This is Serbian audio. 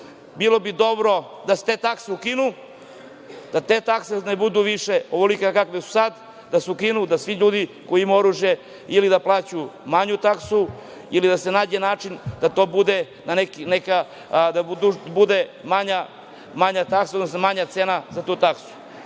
bilo bi dobro da se te takse ukinu, da te takse ne budu više ovolike kolike su sad, da se ukinu, da svi ljudi koji imaju oružje ili da plaćaju manju taksu ili da se nađe način da to bude manja taksa, odnosno manja cena za tu taksu.